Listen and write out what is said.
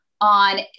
on